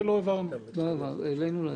העברנו את